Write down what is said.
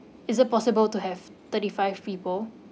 is it possible to have thirty five people